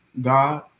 God